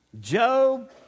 Job